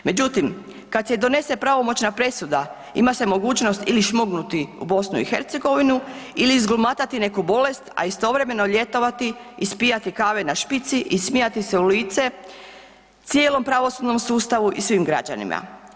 Međutim, kada se donese pravomoćna presuda ima se mogućnost ili šmugnuti u BiH ili izglumatati neku bolest, a istovremeno ljetovati, ispijati kave na špici i smijati se u lice cijelom pravosudnom sustavu i svim građanima.